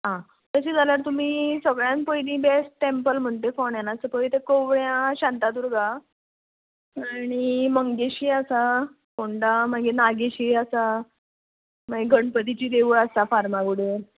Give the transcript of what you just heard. आं तशें जाल्यार तुमी सगळ्यान पयली बॅस्ट टँपल म्हण तें फोंड्यान आसा पय तें कवळ्यां शांतादुर्गा आनी मंगेशी आसा फोंडा मागीर नागेशी आसा मागीर गणपतीचीं देवळां आसा फर्मागुडीन